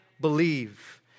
believe